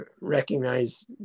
recognize